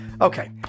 Okay